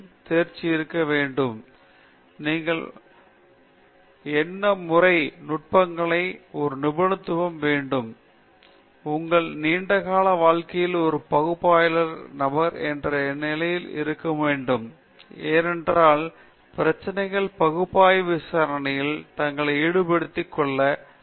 உதாரணமாக அது வெப்ப அறிவியல் என்றால் நீங்கள் பகுப்பாய்வு நுட்பங்கள் ஒரு தேர்ச்சி வேண்டும் நீங்கள் எண்முறை நுட்பங்களை ஒரு நிபுணத்துவம் வேண்டும் உங்கள் நீண்ட கால வாழ்க்கையில் ஒரு பகுப்பாய்வாளர் நபர் என்ற நிலையில் நீங்கள் இருக்க முடியாது ஏனென்றால் கிடைக்கக்கூடிய பிரச்சினைகள் பகுப்பாய்வு விசாரணையில் தங்களை ஈடுபடுத்திக் கொள்ளும் மெதுவாக செல்கின்றன